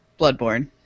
Bloodborne